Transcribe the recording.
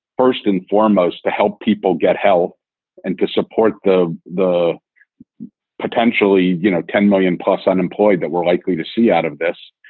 first and foremost, to help people get help and to support the the potentially you know ten million plus unemployed that we're likely to see out of this.